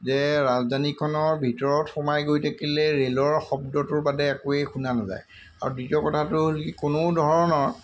যে ৰাজধানীখনৰ ভিতৰত সোমাই গৈ থাকিলে ৰে'লৰ শব্দটোৰ বাদে একোৱেই শুনা নাযায় আৰু দ্বিতীয় কথাটো হ'ল কি কোনো ধৰণৰ